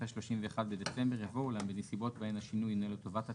אחרי 31 דצמבר יבוא "אולם בנסיבות בהן השינוי אינו לטובת הצרכן,